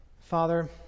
Father